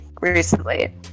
recently